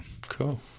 cool